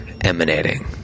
emanating